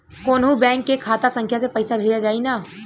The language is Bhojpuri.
कौन्हू बैंक के खाता संख्या से पैसा भेजा जाई न?